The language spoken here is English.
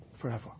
forever